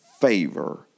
favor